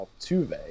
Altuve